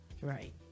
Right